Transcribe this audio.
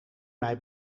mij